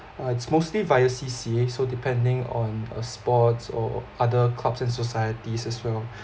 uh it's mostly via C_C_A so depending on uh sports or other clubs and societies as well